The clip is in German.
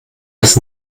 das